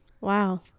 Wow